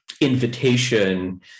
invitation